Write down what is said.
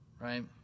right